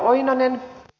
rouva puhemies